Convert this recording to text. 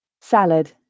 Salad